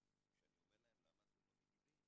כשאני אומר להם למה אתם לא מגיבים,